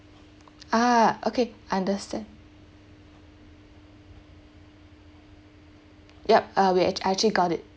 ah okay I understand yup uh we actu~ I actually got it